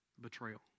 betrayal